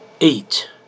eight